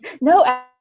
no